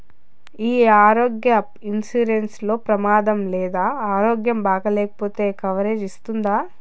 ఈ ఆరోగ్య ఇన్సూరెన్సు లో ప్రమాదం లేదా ఆరోగ్యం బాగాలేకపొతే కవరేజ్ ఇస్తుందా?